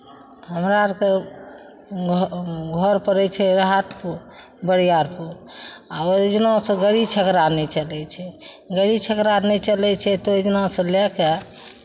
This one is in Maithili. हमरा अरके घ घर पड़ै छै राहतपुर बरियारपुर आ ओहि जनासँ गाड़ी छगड़ा नहि चलै छै गाड़ी छगड़ा नहि चलै छै तऽ ओहि जनासँ लए कऽ